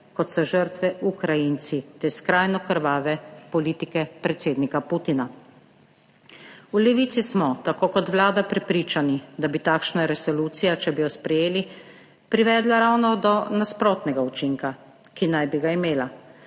kot so žrtve Ukrajinci, te skrajno krvave politike predsednika Putina. V Levici smo, tako kot Vlada prepričani, da bi takšna resolucija, če bi jo sprejeli, privedla ravno do nasprotnega učinka, ki naj bi ga imela.